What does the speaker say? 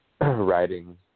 writing